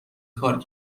کار